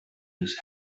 this